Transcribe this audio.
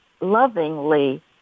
lovingly